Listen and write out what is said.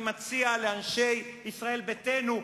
אני מציע לאנשי ישראל ביתנו,